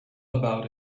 about